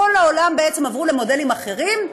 בכל העולם בעצם עברו למודלים אחרים,